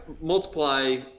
multiply